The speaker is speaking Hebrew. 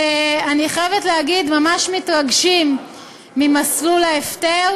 שאני חייבת להגיד שהם ממש מתרגשים ממסלול ההפטר